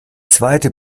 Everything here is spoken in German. zweite